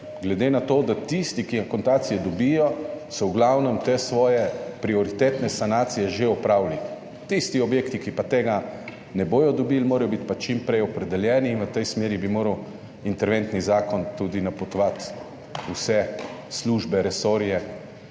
glede na to, da tisti, ki akontacije dobijo so v glavnem te svoje prioritetne sanacije že opravili, tisti objekti, ki pa tega ne bodo dobili, morajo biti pa čim prej opredeljeni. In v tej smeri bi moral interventni zakon tudi napotovati vse službe, resorje